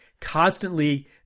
constantly